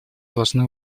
должны